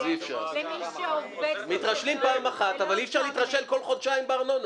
למי שעובד קשה ולא שם לב.